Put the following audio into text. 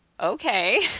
Okay